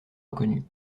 reconnus